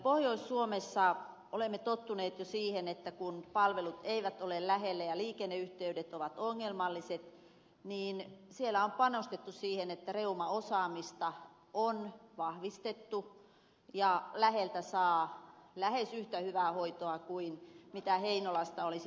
pohjois suomessa olemme tottuneet jo siihen että kun palvelut eivät ole lähellä ja liikenneyhteydet ovat ongelmalliset niin siellä on panostettu siihen että reumaosaamista on vahvistettu ja läheltä saa lähes yhtä hyvää hoitoa kuin heinolasta olisi saanut